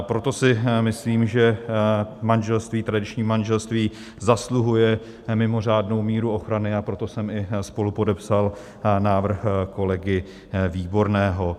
Proto si myslím, že manželství, tradiční manželství, zasluhuje mimořádnou míru ochrany, a proto jsem i spolupodepsal návrh kolegy Výborného.